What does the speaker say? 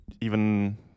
even-